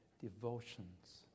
devotions